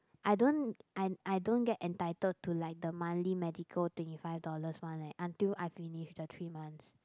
I don't I I don't get entitled to like the monthly medical twenty five dollars one leh until I finish the three months